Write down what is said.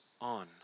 on